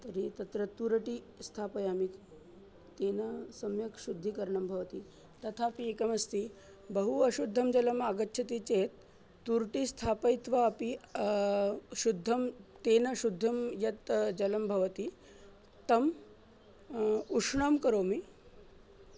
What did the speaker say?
तर्हि तत्र तुर्टि स्थापयामि तेन सम्यक् शुद्धीकरणं भवति तथापि एकमस्ति बहु अशुद्धं जलम् आगच्छति चेत् तुर्टि स्थापयित्वा अपि शुद्धं तेन शुद्धं यत् जलं भवति तम् उष्णं करोमि